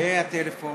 והטלפון.